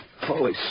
Holy